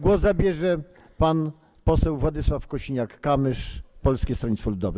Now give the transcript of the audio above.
Głos zabierze pan poseł Władysław Kosiniak-Kamysz, Polskie Stronnictwo Ludowe.